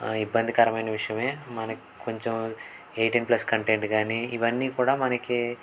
ఇబ్బందికరమైన విషయమే మనకు కొంచెం ఎయిటీన్ ప్లస్ కంటెంట్ కానీ ఇవన్నీ కూడా మనకి